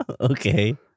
Okay